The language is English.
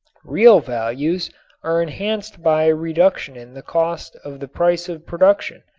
real values are enhanced by reduction in the cost of the price of production.